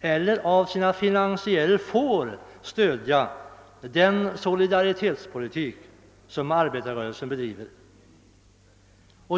eller för sina finansiärer får stödja den solidaritetspolitik som arbetarrörelsen bedriver.